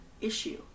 issue